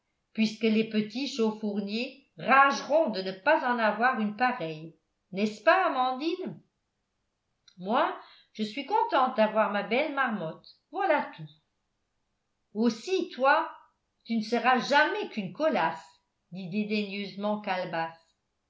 puisque les petits chaufourniers rageront de ne pas en avoir une pareille n'est-ce pas amandine moi je suis contente d'avoir ma belle marmotte voilà tout aussi toi tu ne seras jamais qu'une colasse dit dédaigneusement calebasse